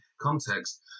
context